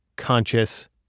conscious